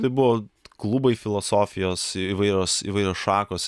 tai buvo klubai filosofijos įvairios įvairios šakos